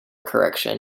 correction